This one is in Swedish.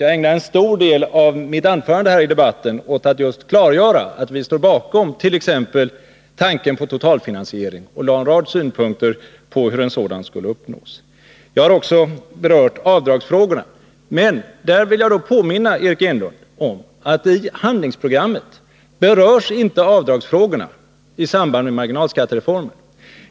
Jag ägnade en stor del av mitt anförande här i debatten åt att just klargöra att vi står bakom t.ex. tanken på totalfinansiering, och anlade en rad synpunkter på hur en sådan skulle uppnås. Jag har också berört avdragsfrågorna. Men där vill jag påminna Eric Enlund om att i handlingsprogrammet berörs inte avdragsfrågorna i samband med marginalskattereformen.